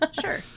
sure